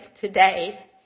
today